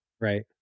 Right